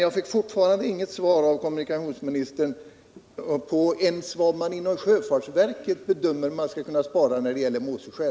Jag har fortfarande inte fått något svar av kommunikationsministern på min fråga om vad sjöfartsverket bedömer att man skulle kunna spara när det gäller Måseskär.